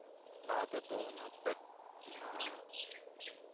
ᱞᱟᱦᱟ ᱛᱮᱫᱚ ᱚᱱᱟ